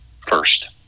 first